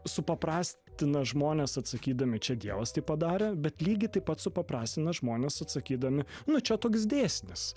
supaprastina žmonės atsakydami čia dievas tai padarė bet lygiai taip pat supaprastina žmonės atsakydami nu čia toks dėsnis